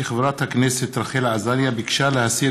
כי חברת הכנסת רחל עזריה ביקשה להסיר